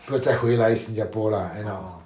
不再回来新加坡 lah you know